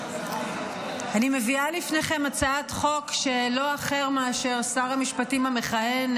אני מביאה לפניכם הצעת חוק שלא אחר מאשר שר המשפטים המכהן,